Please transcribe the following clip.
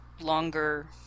longer